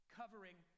covering